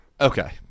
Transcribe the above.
Okay